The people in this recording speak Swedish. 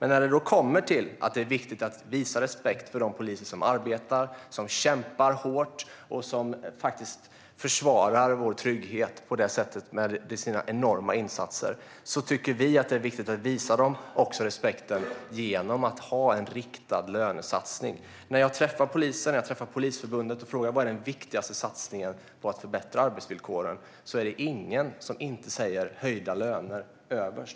När det gäller att det är viktigt att visa respekt för de poliser som arbetar, som kämpar hårt och på det sättet faktiskt försvarar vår trygghet med sina enorma insatser tycker vi att det är viktigt att visa dem respekt också genom att ha en riktad lönesatsning. När jag träffar poliser och Polisförbundet och frågar vad som är den viktigaste satsningen för att förbättra arbetsvillkoren är det ingen som inte sätter höjda löner överst.